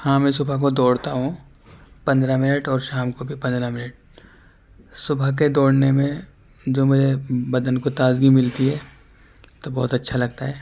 ہاں میں صبح کو دوڑتا ہوں پندرہ منٹ اور شام کو بھی پندرہ منٹ صبح کے دوڑنے میں جو مجھے بدن کو تازگی ملتی ہے تو بہت اچھا لگتا ہے